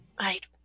right